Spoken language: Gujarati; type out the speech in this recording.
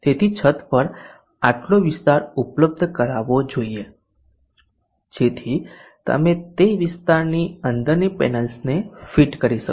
તેથી છત પર આટલો વિસ્તાર ઉપલબ્ધ કરાવવો જોઈએ જેથી તમે તે વિસ્તારની અંદરની પેનલ્સને ફિટ કરી શકો